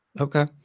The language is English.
Okay